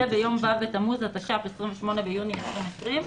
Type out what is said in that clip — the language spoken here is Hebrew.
ביום ו' בתמוז התש"ף (28 ביוני 2020)."